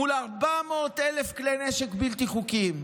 מול 400,000 כלי נשק בלתי חוקיים.